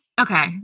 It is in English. Okay